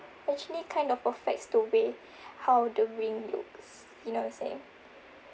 actually kind of affects the way how the ring looks you know I'm saying